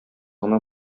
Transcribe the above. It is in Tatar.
гына